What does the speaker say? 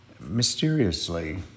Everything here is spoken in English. mysteriously